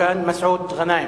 מסעוד גנאים?